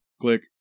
Click